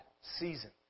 season